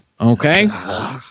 Okay